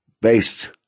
based